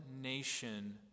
nation